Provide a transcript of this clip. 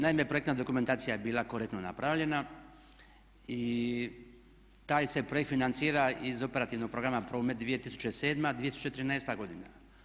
Naime, projektna dokumentacija je bila korektno napravljena i taj se projekt financira iz operativnog programa Promet 2007.-2013. godina.